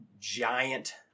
giant